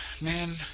man